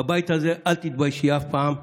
אני מציע לך עצה: בבית הזה אל תתביישי אף פעם,